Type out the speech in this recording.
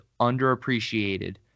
underappreciated